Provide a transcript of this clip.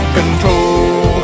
control